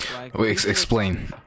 explain